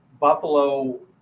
Buffalo